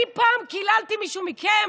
אני פעם קיללתי מישהו מכם?